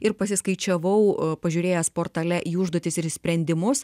ir pasiskaičiavau pažiūrėjęs portale į užduotis ir sprendimus